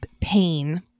pain